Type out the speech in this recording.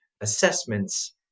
assessments